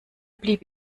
blieb